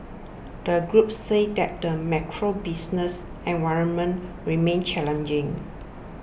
the group said that the macro business environment remains challenging